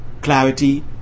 clarity